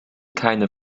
keine